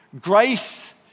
Grace